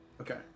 Okay